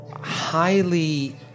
Highly